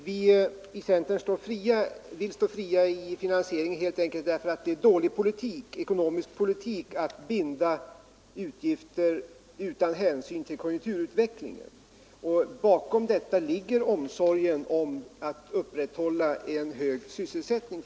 Herr talman! Vi i centern vill stå fria i finansieringsfrågan helt enkelt därför att det är dålig ekonomisk politik att binda utgifter utan hänsyn till konjunkturutvecklingen. Bakom detta ligger framför allt omsorgen om att upprätthålla en hög sysselsättning.